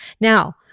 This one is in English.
Now